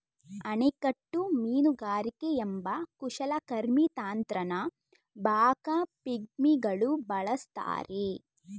ಅಣೆಕಟ್ಟು ಮೀನುಗಾರಿಕೆ ಎಂಬ ಕುಶಲಕರ್ಮಿ ತಂತ್ರನ ಬಾಕಾ ಪಿಗ್ಮಿಗಳು ಬಳಸ್ತಾರೆ